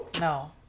No